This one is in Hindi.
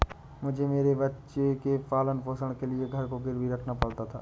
मुझे मेरे बच्चे के पालन पोषण के लिए घर को गिरवी रखना पड़ा था